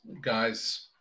guys